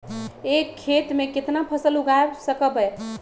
एक खेत मे केतना फसल उगाय सकबै?